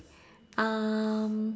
um